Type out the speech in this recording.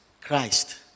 Christ